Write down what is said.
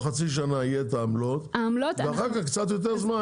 חצי שנה יהיה את העמלות ואחר כך קצת יותר זמן?